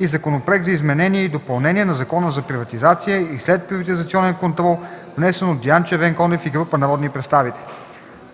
и Законопроект за изменение и допълнение на Закона за приватизация и следприватизационен контрол, внесен от Диан Червенкондев и група народни представители.